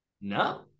No